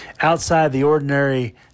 outside-the-ordinary